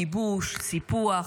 כיבוש, סיפוח,